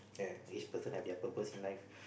each person have their purpose in life